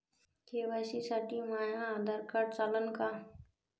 KYC साठी माह्य Aadhaar card चालन का?